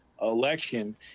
Election